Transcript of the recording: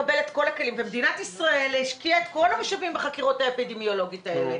מדינת ישראל השקיעה את כל המשאבים בחקירות האפידמיולוגיות האלה,